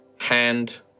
Hand